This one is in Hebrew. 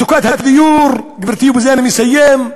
מצוקת הדיור, גברתי, בזה אני מסיים,